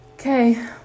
Okay